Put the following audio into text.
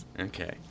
okay